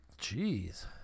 Jeez